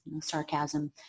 sarcasm